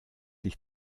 sich